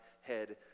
head